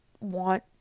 want